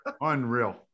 Unreal